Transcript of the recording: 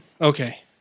Okay